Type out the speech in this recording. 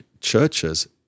churches